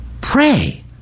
pray